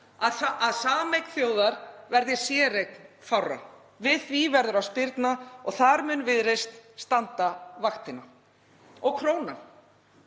að sameign þjóðar verði séreign fárra. Við því verður að spyrna. Þar mun Viðreisn standa vaktina. Og krónan,